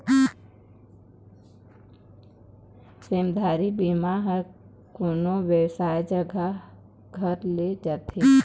सेधमारी बीमा ह कोनो बेवसाय जघा घर बर ले जाथे